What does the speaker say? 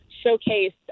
Showcase